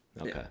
Okay